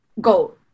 go